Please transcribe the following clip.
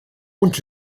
und